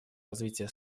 развития